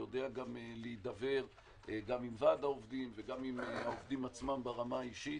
יודע להידבר עם ועד העובדים ועם העובדים עצמם ברמה האישית.